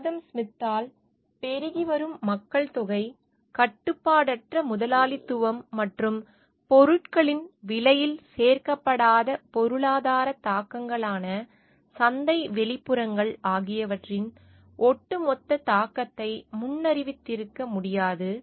ஆதம் ஸ்மித்தால் பெருகிவரும் மக்கள்தொக கட்டுப்பாடற்ற முதலாளித்துவம் மற்றும் பொருட்களின் விலையில் சேர்க்கப்படாத பொருளாதாரத் தாக்கங்களான சந்தை வெளிப்புறங்கள் ஆகியவற்றின் ஒட்டுமொத்த தாக்கத்தை முன்னறிவித்திருக்க முடியாது